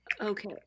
Okay